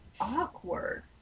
awkward